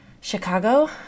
Chicago